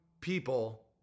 people